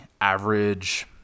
average